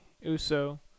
Uso